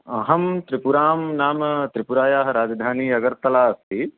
अहं त्रिपुरां नाम त्रिपुरायाः राजधानी अगर्तला अस्ति